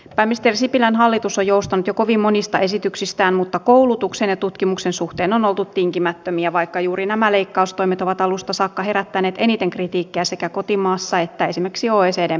pääministeri sipilän hallitus on joustanut jo kovin monista esityksistään mutta koulutuksen ja tutkimuksen suhteen on oltu tinkimättömiä vaikka juuri nämä leikkaustoimet ovat alusta saakka herättäneet eniten kritiikkiä sekä kotimaassa että esimerkiksi oecdn piirissä